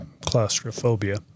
claustrophobia